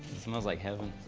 smells like heaven.